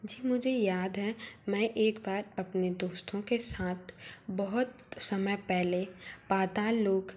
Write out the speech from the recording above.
जी मुझे याद है मैं एक बार अपने दोस्तों कें साथ बहुत समय पहले पाताल लोक